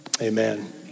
Amen